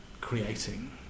creating